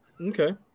okay